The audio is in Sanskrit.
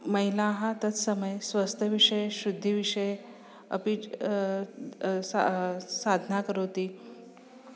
महिलाः तत्समये स्वास्थ्यविषये शुद्धिविषये अपि सा साधनां करोति